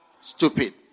Stupid